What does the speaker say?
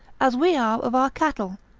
as we are of our cattle.